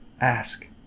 Ask